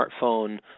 smartphone